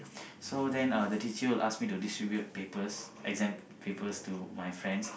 so then uh the teacher will ask me to distribute papers exam papers to my friends